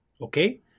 Okay